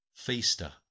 Feaster